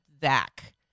Zach